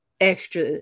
extra